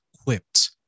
equipped